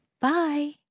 Bye